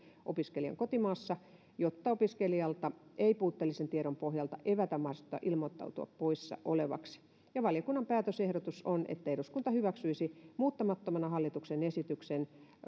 opiskelijan kotimaassa jotta opiskelijalta ei puutteellisen tiedon pohjalta evätä mahdollisuutta ilmoittautua poissa olevaksi valiokunnan päätösehdotus on että eduskunta hyväksyisi muuttamattomana hallituksen esitykseen